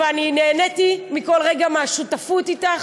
ואני נהניתי מכל רגע מהשותפות אתך,